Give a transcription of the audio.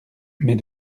mais